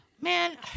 Man